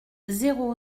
zéro